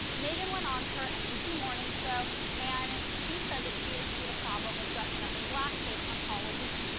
megyn went on her nbc morning show and ah she said that she didn't see the problem with dressing up in blackface on halloween.